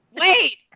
wait